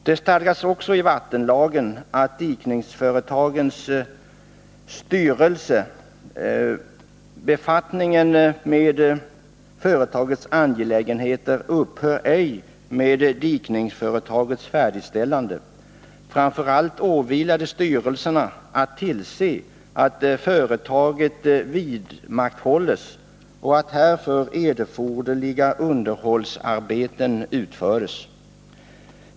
Det stadgas också i vattenlagen beträffande dikningsföretagens styrelse att befattningen med företagets angelägenheter ej upphör med dikningsföretagets färdigställande. Framför allt åvilar det styrelserna att tillse, att företaget vidmakthålles och att härför erforderliga underhållsarbeten utföres.